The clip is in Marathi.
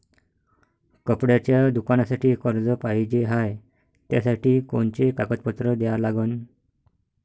कपड्याच्या दुकानासाठी कर्ज पाहिजे हाय, त्यासाठी कोनचे कागदपत्र द्या लागन?